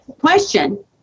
question